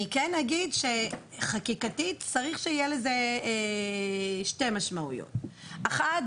אני כן אגיד שחקיקתית צריך שיהיה לזה שתי משמעויות: אחת,